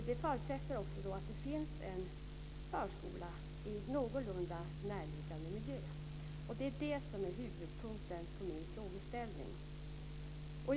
Det förutsätter att det finns en förskola i någorlunda närliggande område. Det är detta som är huvudpunkten i min frågeställning.